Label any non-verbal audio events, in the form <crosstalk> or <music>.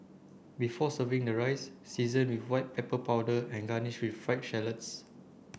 before serving the rice season with white pepper powder and garnish with <unintelligible> shallots